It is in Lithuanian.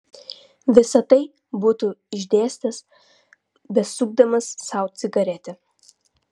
visa tai būtų išdėstęs besukdamas sau cigaretę